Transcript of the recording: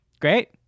great